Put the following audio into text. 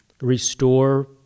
restore